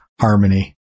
harmony